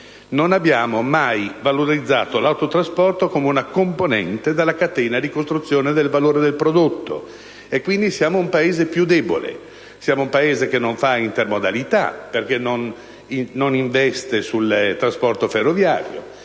Non abbiamo mai valorizzato l'autotrasporto come una componente della catena di costruzione del valore del prodotto, e quindi siamo un Paese più debole. Siamo un Paese che non fa intermodalità perché non investe sul trasporto ferroviario;